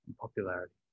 popularity